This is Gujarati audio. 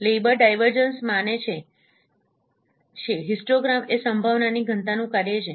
લેઇબર ડાયવર્જન્સ માને છે હિસ્ટોગ્રામ એ સંભાવનાની ઘનતાનું કાર્ય છે